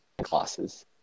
classes